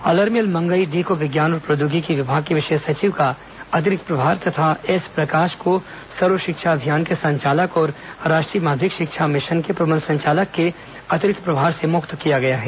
Alarmel Mangai D को विज्ञान और प्रौद्योगिकी विभाग के विशेष सचिव का अतिरिक्त प्रभार तथा एस प्रकाश को सर्व शिक्षा अभियान के संचालक और राष्ट्रीय माध्यमिक शिक्षा मिशन के प्रबंध संचालक के अतिरिक्त प्रभार से मुक्त किया गया है